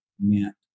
meant